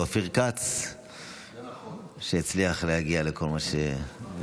אופיר כץ שהצליח להגיע לכל מה שהגיעו.